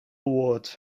awards